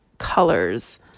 colors